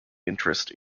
interest